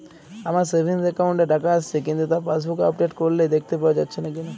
আমার savings account এ টাকা আসছে কিন্তু তা পাসবুক আপডেট করলে দেখতে পাওয়া যাচ্ছে না কেন?